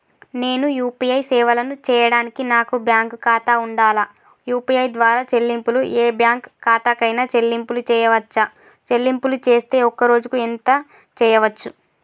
నేను యూ.పీ.ఐ సేవలను చేయడానికి నాకు బ్యాంక్ ఖాతా ఉండాలా? యూ.పీ.ఐ ద్వారా చెల్లింపులు ఏ బ్యాంక్ ఖాతా కైనా చెల్లింపులు చేయవచ్చా? చెల్లింపులు చేస్తే ఒక్క రోజుకు ఎంత చేయవచ్చు?